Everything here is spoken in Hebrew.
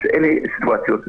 שאלה הן סיטואציות מדבקות,